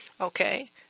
Okay